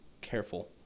careful